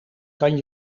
kan